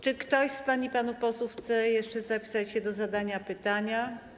Czy ktoś z pań i panów posłów chce jeszcze zapisać się do zadania pytania?